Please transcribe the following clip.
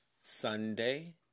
Sunday